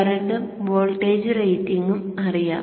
കറന്റും വോൾട്ടേജ് റേറ്റിംഗുകളും അറിയാം